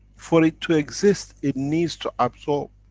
for it to exist, it needs to absorb.